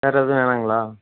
வேறு எதுவும் வேணாங்களா